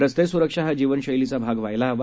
रस्तेसुरक्षाहाजीवनशैलीचाभागव्हायलाहवा